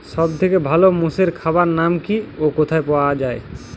সব থেকে ভালো মোষের খাবার নাম কি ও কোথায় পাওয়া যায়?